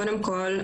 קודם כל,